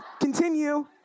continue